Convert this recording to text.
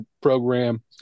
program